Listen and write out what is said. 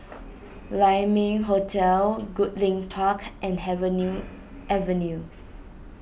Lai Ming Hotel Goodlink Park and have new Avenue